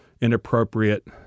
inappropriate